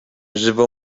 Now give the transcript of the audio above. żywą